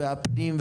הפנים,